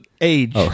Age